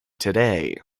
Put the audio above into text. today